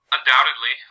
Undoubtedly